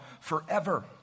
forever